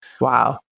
Wow